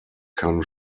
kann